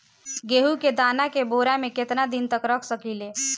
गेहूं के दाना के बोरा में केतना दिन तक रख सकिले?